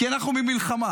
כי אנחנו במלחמה.